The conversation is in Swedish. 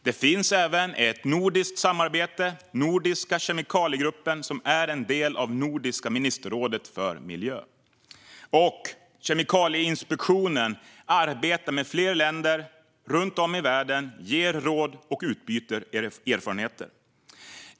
Det finns även ett nordiskt samarbete, Nordiska kemikaliegruppen, som är en del av Nordiska ministerrådet för miljö. Kemikalieinspektionen arbetar med flera länder runt om i världen, ger råd och utbyter erfarenheter.